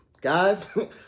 guys